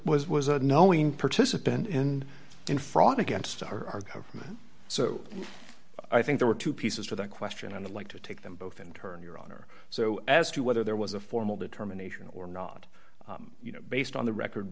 was was a knowing participant in in fraud against our government so i think there were two pieces to that question and the like to take them both in turn your honor so as to whether there was a formal determination or not you know based on the record